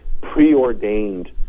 preordained